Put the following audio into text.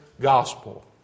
gospel